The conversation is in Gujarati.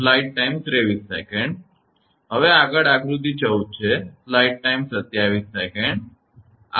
હવે આગળ આકૃતિ 14 છે